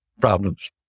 problems